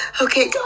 Okay